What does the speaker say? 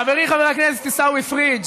חברי חבר הכנסת עיסאווי פריג',